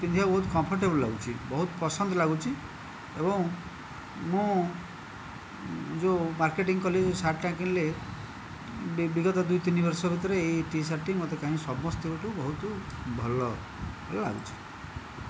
ପିନ୍ଧିବାକୁ ବହୁତ କମ୍ଫର୍ଟେବଲ୍ ଲାଗୁଛି ବହୁତ ପସନ୍ଦ ଲାଗୁଛି ଏବଂ ମୁଁ ଯେଉଁ ମାର୍କେଟିଂ କଲି ଶାର୍ଟଟା କିଣିଲି ବି ବିଗତ ଦୁଇ ତିନି ବର୍ଷ ଭିତରେ ଏଇ ଟି ଶାର୍ଟଟି ମତେ କାହିଁକି ସମସ୍ତଙ୍କଠାରୁ ବହୁତ ଭଲ ଲାଗୁଛି